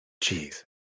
Jeez